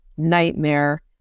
nightmare